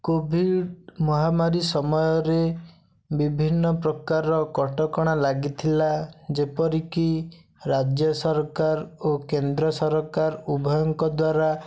Covid ମହାମାରୀ ସମୟରେ ବିଭିନ୍ନ ପ୍ରକାର କଟକଣା ଲାଗିଥିଲା ଯେପରିକି ରାଜ୍ୟ ସରକାର ଓ କେନ୍ଦ୍ର ସରକାର ଉଭୟଙ୍କ ଦ୍ୱାରା